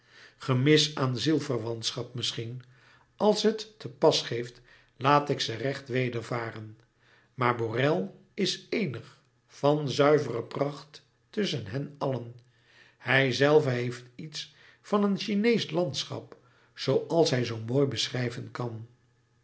gemis aan zielverwantschap misschien als het te pas geeft laat ik ze recht wedervaren maar borel is eenig van zuivere pracht tusschen hen allen hijzelve heeft iets van een chineesch landschap zooals hij zoo mooi beschrijven kan